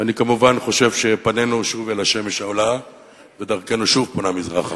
ואני כמובן חושב שפנינו שוב אל השמש העולה ודרכנו שוב פונה מזרחה.